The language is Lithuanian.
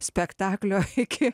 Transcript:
spektaklio iki